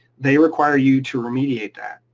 they require you to remediate that.